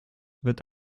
wird